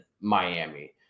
Miami